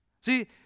See